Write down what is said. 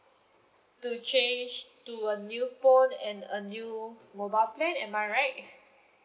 to change to a new phone and a new mobile plan am I right